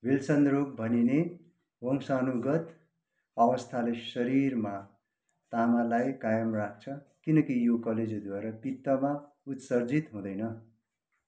Wilson रोग भनिने वंशानुगत अवस्थाले शरीरमा तामालाई कायम राख्छ किनकि यो कलेजोद्वारा पित्तमा उत्सर्जित हुँदैन